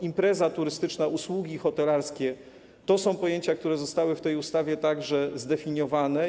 Impreza turystyczna, usługi hotelarskie - to są pojęcia, które także zostały w tej ustawie zdefiniowane.